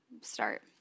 start